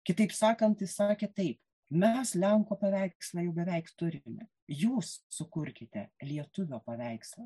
kitaip sakant jis sakė taip mes lenko paveikslą jau beveik turime jūs sukurkite lietuvio paveikslą